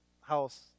house